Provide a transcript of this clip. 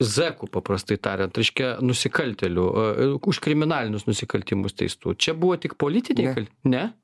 zekų paprastai tariant reiškia nusikaltėlių už kriminalinius nusikaltimus teistų čia buvo tik politiniai kal ne